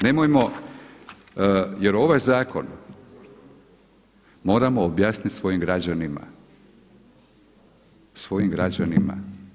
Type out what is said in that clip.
Nemojmo, jer ovaj zakon moramo objasniti svojim građanima, svojim građanima.